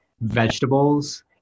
vegetables